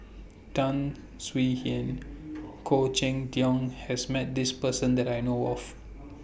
Tan Swie Hian Khoo Cheng Tiong has Met This Person that I know of